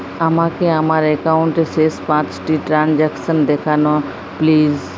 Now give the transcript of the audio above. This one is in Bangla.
আমাকে আমার একাউন্টের শেষ পাঁচটি ট্রানজ্যাকসন দেখান প্লিজ